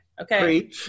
Okay